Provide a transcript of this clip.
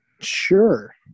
Sure